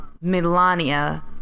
Melania